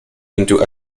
into